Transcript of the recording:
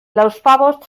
lauzpabost